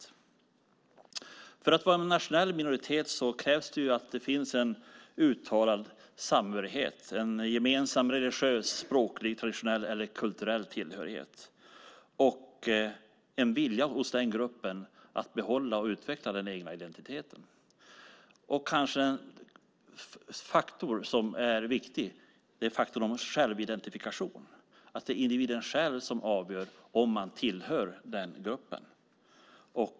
För att en grupp ska vara en nationell minoritet krävs att det finns en uttalad samhörighet, en gemensam religiös, språklig, traditionell eller kulturell tillhörighet och en vilja hos gruppen att behålla och utveckla den egna identiteten. En faktor som är viktig är självidentifikationen, att det är individen själv som avgör om han tillhör gruppen.